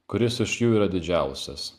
kuris iš jų yra didžiausias